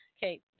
Okay